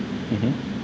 mmhmm